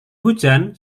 hujan